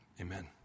Amen